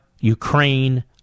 Ukraine